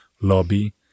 lobby